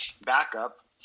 backup